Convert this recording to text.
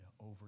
over